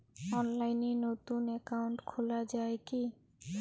অনলাইনে নতুন একাউন্ট খোলা য়ায় কি?